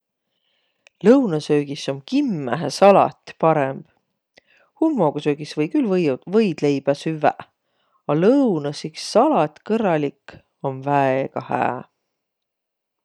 Lõunõsöögis om kimmähe salat parõmb. Hummogusöögis või külh võiu- võidleibä süvväq, a lõunõs iks salat kõrralik om väega hää.